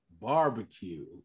barbecue